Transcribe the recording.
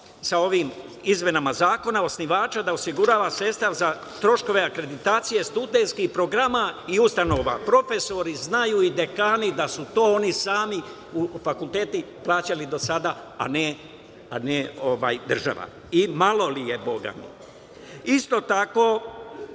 sa ovim izmenama zakona osnivača da osigurava sredstva za troškove akreditacije studentskih programa i ustanova. Profesori znaju i dekani da su to oni sami fakulteti plaćali do sada, a ne država i malo li je boga mi?3/1